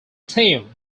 team